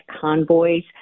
convoys